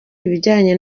ibijyanye